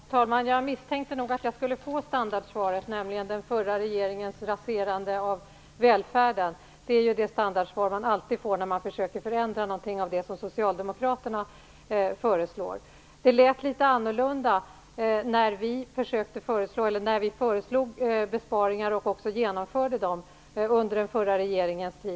Fru talman! Jag misstänkte nog att jag skulle få standardsvaret, nämligen den förra regeringens raserande av välfärden. Det är det svar man alltid får när man försöker förändra något av det som socialdemokraterna föreslår. Det lät litet annorlunda när vi under den förra regeringens tid föreslog besparingar och genomförde dem.